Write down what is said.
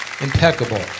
impeccable